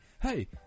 Hey